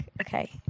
okay